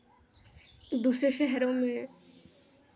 दूसरे शहरों में